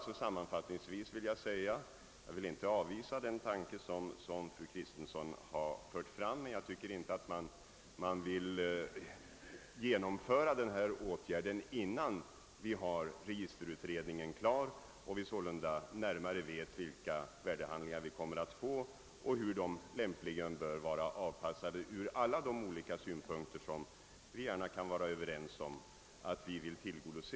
Sammanfattningsvis vill jag alltså säga att jag inte avvisar den tanke som fru Kristensson fört fram, men jag anser att denna åtgärd inte bör genomföras innan registreringsutredningen är klar och vi sålunda närmare vet vilka värdehandlingar vi får och hur de lämpligen bör vara utformade ur de olika synpunkter som vi vill tillgodose.